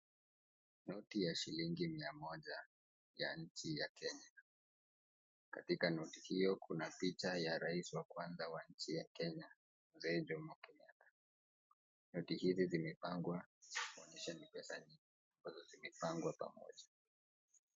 Noti ya shilingi Mia moja ya nchi ya Kenya. Katika noti hiyo kuna picha ya Rais wa Kwanza wa nchi ya Kenya, Mzee Jomo Kenyatta. Noti hizi zimepangwa kuonyesha ni pesa nyingi ambazo zimepangwa pamoja.